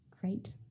great